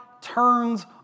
turns